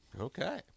Okay